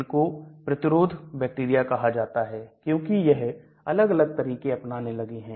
इनको प्रतिरोध बैक्टीरिया कहा जाता है क्योंकि यह अलग अलग तरीके अपनाने लगे हैं